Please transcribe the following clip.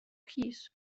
keys